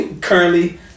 currently